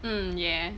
mm ya